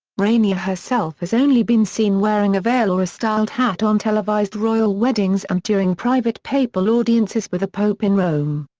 rania herself has only been seen wearing a veil or a styled hat on televised royal weddings and during private papal audiences with the pope in rome.